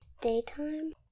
Daytime